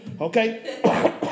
Okay